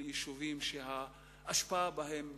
על יישובים שהאשפה בהם מצטברת,